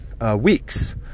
weeks